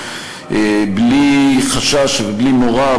בלי חשש ובלי מורא,